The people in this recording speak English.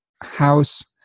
house